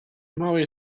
małej